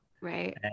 Right